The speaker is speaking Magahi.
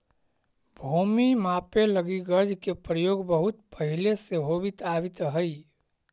भूमि मापे लगी गज के प्रयोग बहुत पहिले से होवित आवित हइ